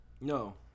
No